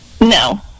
no